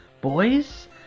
Boys